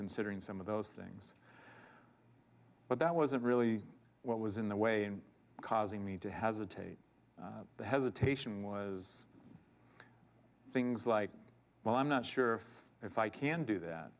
considering some of those things but that wasn't really what was in the way in causing me to hesitate hesitation was things like well i'm not sure if i can do that